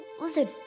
listen